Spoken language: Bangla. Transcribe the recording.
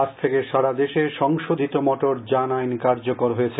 আজ থেকে সারা দেশে সংশোধিত মোটর যান আইন কার্যকর হয়েচ্ছে